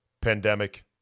Pandemic